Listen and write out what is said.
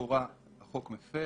שלכאורה החוק מפר.